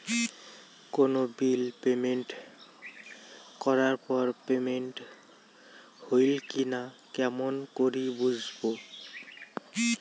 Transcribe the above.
কোনো bill payment করার পর পেমেন্ট হইল কি নাই কেমন করি বুঝবো?